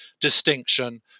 distinction